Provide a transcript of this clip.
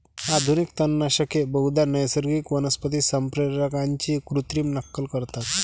आधुनिक तणनाशके बहुधा नैसर्गिक वनस्पती संप्रेरकांची कृत्रिम नक्कल करतात